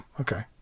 okay